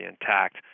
intact